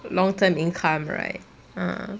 long term income right ah